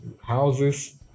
Houses